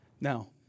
Now